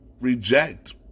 reject